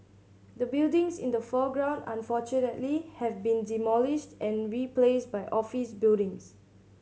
the buildings in the foreground unfortunately have been demolished and replaced by office buildings